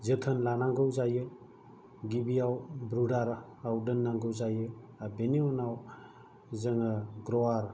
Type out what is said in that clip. जोथोन लानांगौ जायो गिबियाव ब्रुदाराव दोननांगौ जायो आर बिनि उनाव जोङो गग्रायाव